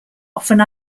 often